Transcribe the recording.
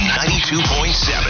92.7